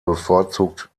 bevorzugt